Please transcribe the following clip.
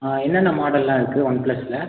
ஆ என்னென்ன மாடல்லாம் இருக்குது ஒன் ப்ளஸில்